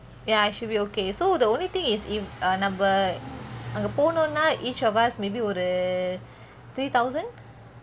ya should be okay so the only thing is if err நம்ம அங்க போனோனா:namme ange ponona each of us maybe ஒரு:oru three thousand